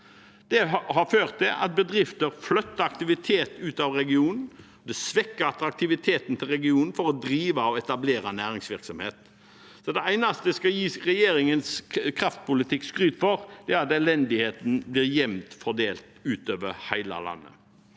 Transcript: Det har ført til at bedrifter flytter aktivitet ut av regionen. Det svekker attraktiviteten til regionen for å drive og etablere næringsvirksomhet. Det eneste jeg skal gi regjeringens kraftpolitikk skryt for, er at elendigheten blir jevnt fordelt utover hele landet.